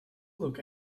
look